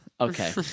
Okay